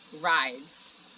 rides